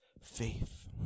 faith